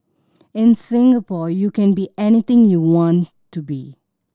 in Singapore you can be anything you want to be